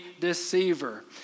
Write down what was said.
deceiver